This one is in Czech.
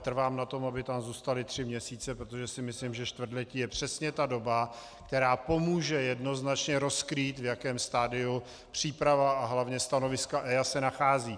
Trvám ale na tom, aby tam zůstaly tři měsíce, protože si myslím, že čtvrtletí je přesně ta doba, která pomůže jednoznačně rozkrýt, v jakém stadiu příprava a hlavně stanoviska EIA se nacházejí.